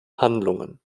handlungen